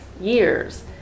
years